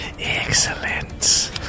Excellent